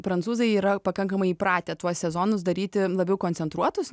prancūzai yra pakankamai įpratę tuos sezonus daryti labiau koncentruotus